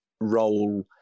role